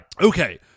Okay